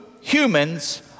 humans